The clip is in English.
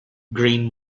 grain